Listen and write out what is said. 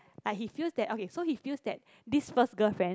like he feels that okay so he feels that this first girlfriend